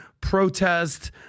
protest